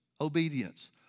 obedience